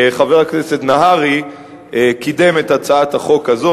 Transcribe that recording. חבר הכנסת נהרי קידם את הצעת החוק הזו,